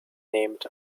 named